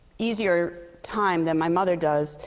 easier time than my mother does,